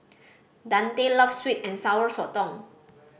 Dante loves sweet and Sour Sotong